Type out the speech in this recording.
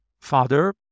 father